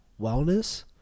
wellness